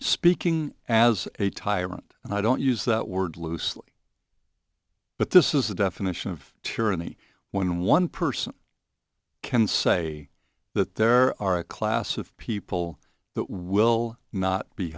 speaking as a tyrant and i don't use that word loosely but this is the definition of tyranny when one person can say that there are a class of people that will not be